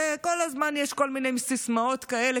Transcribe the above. כל הזמן יש כל מיני סיסמאות כאלה,